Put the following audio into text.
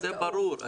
זה ברור.